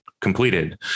completed